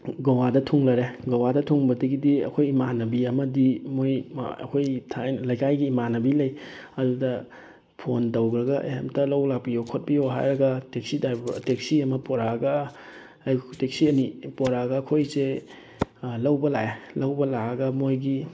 ꯒꯣꯋꯥꯗ ꯊꯨꯡꯂꯔꯦ ꯒꯣꯋꯥꯗ ꯊꯨꯡꯕꯗꯒꯤꯗꯤ ꯑꯩꯈꯣꯏ ꯏꯃꯥꯟꯅꯕꯤ ꯑꯃꯗꯤ ꯃꯣꯏ ꯑꯩꯈꯣꯏ ꯂꯩꯀꯥꯏꯒꯤ ꯏꯃꯥꯟꯅꯕꯤ ꯂꯩ ꯑꯗꯨꯗ ꯐꯣꯟ ꯇꯧꯈ꯭ꯔꯒ ꯑꯦ ꯑꯝꯇ ꯂꯧꯕ ꯂꯥꯛꯄꯤꯌꯣ ꯈꯣꯠꯄꯤꯌꯣ ꯍꯥꯏꯔꯒ ꯇꯦꯛꯁꯤ ꯗ꯭ꯔꯥꯏꯕꯔ ꯇꯦꯛꯁꯤ ꯑꯃ ꯄꯨꯔꯛꯑꯒ ꯇꯦꯛꯁꯤ ꯑꯅꯤ ꯄꯨꯔꯛꯑꯒ ꯑꯩꯈꯣꯏꯁꯦ ꯂꯧꯕ ꯂꯥꯛꯑꯦ ꯂꯧꯕ ꯂꯥꯛꯑꯒ ꯃꯣꯏꯒꯤ